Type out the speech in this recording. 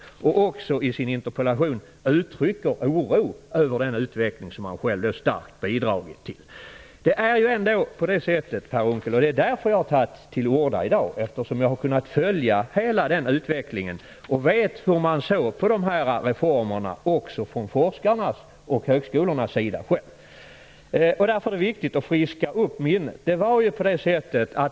Han uttrycker i sin interpellation oro över den utveckling som han själv starkt bidragit till. Detta är, Per Unckel, bakgrunden till att jag i dag har tagit till orda. Jag har kunnat följa hela denna utveckling och vet också hur forskarna och högskolorna själva såg på dessa reformer. Det är viktigt att friska upp minnet av detta.